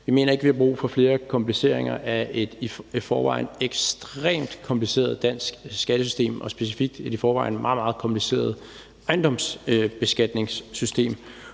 Vi mener ikke, vi har brug for flere kompliceringer af et i forvejen ekstremt kompliceret dansk skattesystem og specifikt et i forvejen meget, meget komplicerede ejendomsbeskatningssystem.